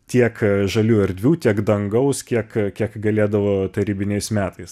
tiek žalių erdvių tiek dangaus kiek kiek galėdavo tarybiniais metais